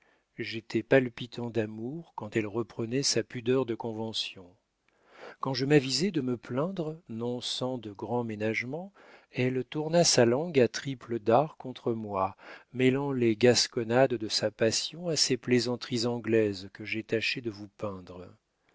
j'étais palpitant d'amour quand elle reprenait sa pudeur de convention quand je m'avisai de me plaindre non sans de grands ménagements elle tourna sa langue à triple dard contre moi mêlant les gasconnades de sa passion à ces plaisanteries anglaises que j'ai tâché de vous peindre